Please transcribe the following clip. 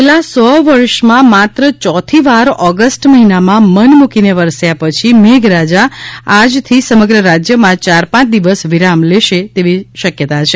છેલ્લા સો વર્ષમાં માત્ર ચોથી વાર ઓગસ્ટ મહિનામાં મન મૂકીને વરસ્યા પછી મેઘરાજા આજથી સમગ્ર રાજ્યમાં ચાર પાંચ દિવસ વિરામ લેશે તેવી શક્યતા છે